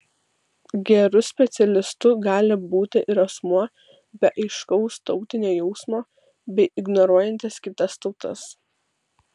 geru specialistu gali būti ir asmuo be aiškaus tautinio jausmo bei ignoruojantis kitas tautas